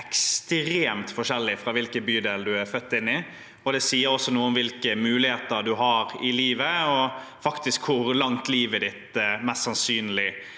ekstremt forskjellig ut fra hvilken bydel du er født i. Det sier også noe om hvilke muligheter du har i livet, og faktisk hvor langt livet ditt mest sannsynlig